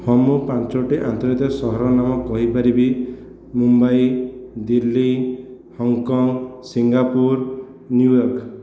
ହଁ ମୁଁ ପାଞ୍ଚୋଟି ଆନ୍ତର୍ଜାତିକ ସହରର ନାମ କହିପାରିବି Mumbai Delhi Hong Kong Singapore New York